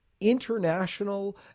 international